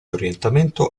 orientamento